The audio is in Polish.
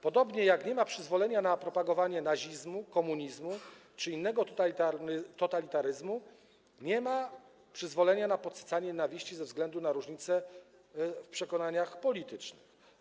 Podobnie jak nie ma przyzwolenia na propagowanie nazizmu, komunizmu czy innego totalitaryzmu, nie ma przyzwolenia na podsycanie nienawiści ze względu na różnice w przekonaniach politycznych.